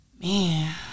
Man